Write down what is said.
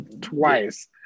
twice